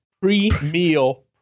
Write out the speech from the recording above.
pre-meal